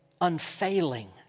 unfailing